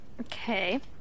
okay